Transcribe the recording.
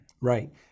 Right